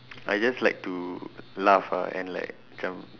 I just like to laugh ah and like macam